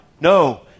no